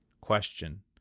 Question